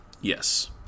Yes